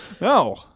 No